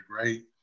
great